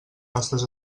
nostres